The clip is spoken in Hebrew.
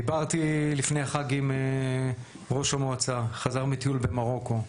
דיברתי לפני החג עם ראש המועצה, חזר מטיול במרוקו.